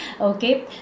okay